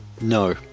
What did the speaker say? No